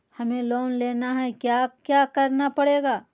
हमें लोन लेना है क्या क्या करना पड़ेगा?